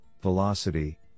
velocity